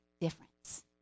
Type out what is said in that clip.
difference